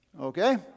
Okay